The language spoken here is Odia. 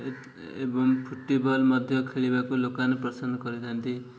ଏବଂ ଫୁଟବଲ୍ ମଧ୍ୟ ଖେଳିବାକୁ ଲୋକମାନେ ପସନ୍ଦ କରିଥାନ୍ତି